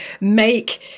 make